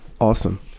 awesome